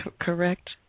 correct